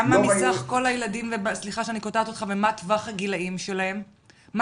כמה מסך כל הילדים מה טווח הגילאים שלוקים